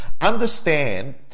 understand